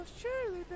surely